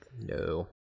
No